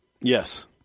Yes